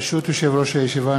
ברשות יושב-ראש הישיבה,